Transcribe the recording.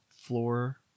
floor